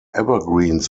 evergreens